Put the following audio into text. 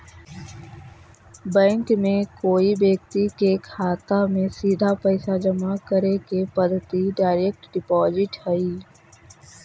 bank में कोई व्यक्ति के खाता में सीधा पैसा जमा करे के पद्धति डायरेक्ट डिपॉजिट हइ